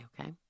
okay